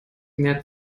mehr